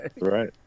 Right